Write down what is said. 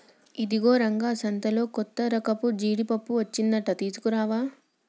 ఇగో రంగా సంతలో కొత్తరకపు జీడిపప్పు అచ్చిందంట తీసుకురావా